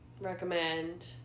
recommend